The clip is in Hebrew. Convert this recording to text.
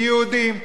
מיהודים,